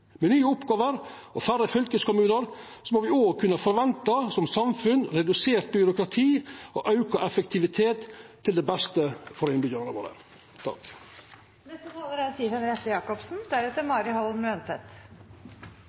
Med nye oppgåver og færre fylkeskommunar må me som samfunn òg kunna forventa redusert byråkrati og auka effektivitet til det beste for innbyggjarane våre. Fylkeskommunenes berettigelse og framtid har til tider vært hardt debattert i denne sal. Det er